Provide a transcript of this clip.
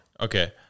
Okay